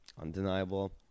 Undeniable